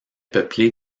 peuplé